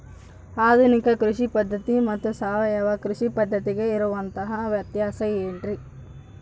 ಆಧುನಿಕ ಕೃಷಿ ಪದ್ಧತಿ ಮತ್ತು ಸಾವಯವ ಕೃಷಿ ಪದ್ಧತಿಗೆ ಇರುವಂತಂಹ ವ್ಯತ್ಯಾಸ ಏನ್ರಿ?